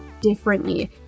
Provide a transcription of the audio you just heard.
differently